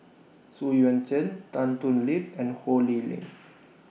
Xu Yuan Zhen Tan Thoon Lip and Ho Lee Ling